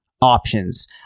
options